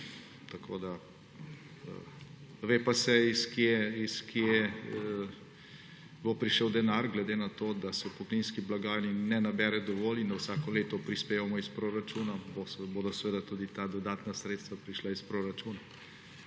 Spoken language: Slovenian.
naknadno. Ve pa se, od kod bo prišel denar. Glede na to da se v pokojninski blagajni ne nabere dovolj in vsako leto prispevamo iz proračuna, bodo tudi ta dodatna sredstva prišla iz proračuna.